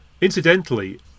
Incidentally